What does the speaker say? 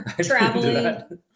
traveling